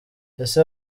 ese